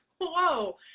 whoa